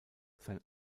sein